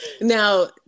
Now